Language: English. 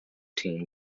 teen